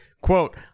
Quote